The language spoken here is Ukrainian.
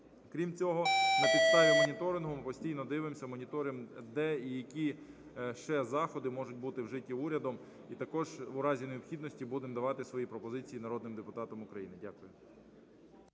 Крім цього, на підставі моніторингу ми постійно дивимося і моніторимо, де і які ще заходи можуть бути вжиті урядом. І також, у разі необхідності, будемо давати свої пропозиції народним депутатам України. Дякую.